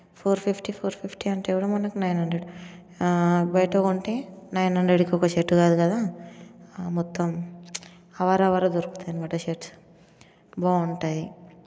four fifty four fifty అంటే కూడా మనకి నైన్ హండ్రెడ్ బయట కొంటే నైన్ హండ్రెడ్కి ఒక షర్ట్ కాదు కదా మొత్తం ఆవారా ఆవారా దొరుకుతాయనమాట షర్ట్స్ బాగుంటాయి